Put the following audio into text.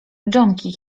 dżonki